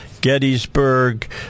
gettysburg